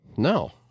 No